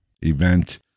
event